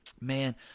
man